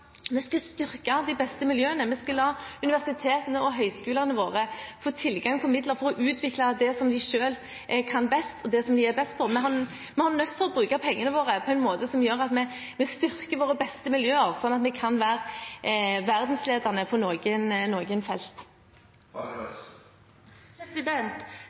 skal styrke de beste miljøene. Vi skal la universitetene og høyskolene våre få tilgang på midler for å utvikle det som de selv kan best, og det som de er best på. Vi er nødt til å bruke pengene våre på en måte som gjør at vi styrker våre beste miljøer, sånn at vi kan være verdensledende på noen felt.